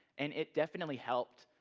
and it definitely helped,